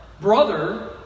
Brother